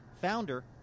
founder